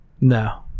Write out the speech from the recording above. No